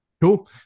Cool